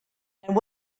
and